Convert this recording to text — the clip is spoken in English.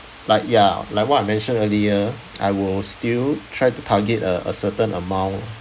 like ya like what I mentioned earlier I will still try to target a a certain amount